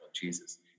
Jesus